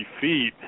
feet